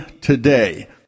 today